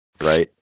right